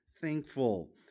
thankful